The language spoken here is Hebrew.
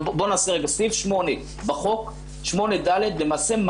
סעיף 8 בחוק 8(ד) למעשה,